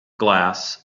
glass